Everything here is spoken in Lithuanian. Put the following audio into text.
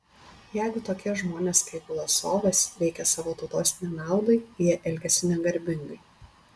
jeigu tokie žmonės kaip vlasovas veikia savo tautos nenaudai jie elgiasi negarbingai